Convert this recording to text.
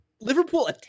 Liverpool